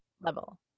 level